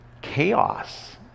chaos